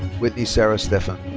whitney sarah stephen.